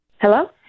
Hello